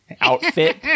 outfit